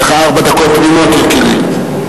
גם לך ארבע דקות תמימות, יקירי.